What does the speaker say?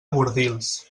bordils